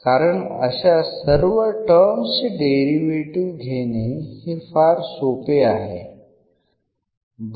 कारण अशा सर्व टर्म्स चे डेरिव्हेटीव्ह घेणे हे फार सोपे आहे